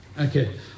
Okay